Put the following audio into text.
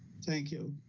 thank you.